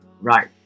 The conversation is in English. Right